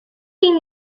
sin